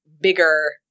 bigger